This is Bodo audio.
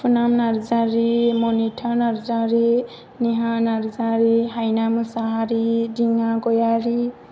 पुनम नार्जारि मनिता नार्जारि नेहा नार्जारि हायना मुसाहारि दिना गयारि